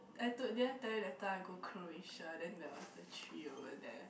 I told did I tell you later I go Croatia then there was a tree over there